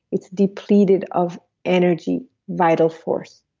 it depleted of energy, vital force.